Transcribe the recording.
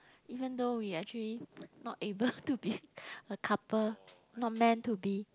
even though we actually not able to be a couple not meant to be